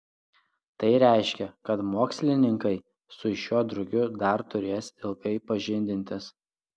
tai reiškia kad mokslininkai su šiuo drugiu dar turės ilgai pažindintis